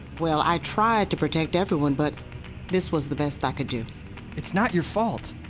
well, i tried to protect everyone but this was the best i could do it's not your fault.